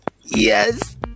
Yes